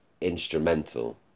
instrumental